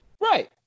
right